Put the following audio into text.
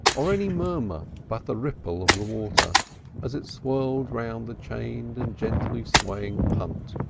or any murmur but the ripple of the water as it swirled round the chained and gently swaying punt.